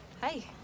Hi